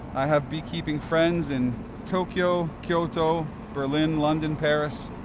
i have beekeeping friends in tokyo, kyoto, berlin, london, paris,